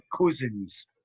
cousins